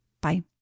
Bye